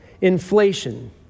inflation